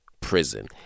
prison